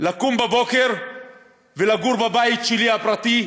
לקום בבוקר ולגור בבית שלי הפרטי,